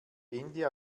ende